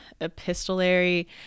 epistolary